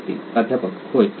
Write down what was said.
प्राध्यापक होय कदाचित